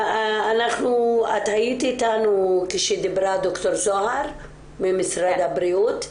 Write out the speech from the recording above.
את היית אתנו כשדיברה דוקטור זהר ממשרד הבריאות?